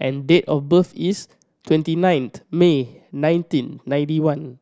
and date of birth is twenty ninth May nineteen ninety one